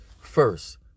First